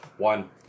One